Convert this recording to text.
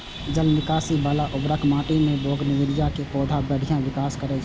जल निकासी बला उर्वर माटि मे बोगनवेलिया के पौधा बढ़िया विकास करै छै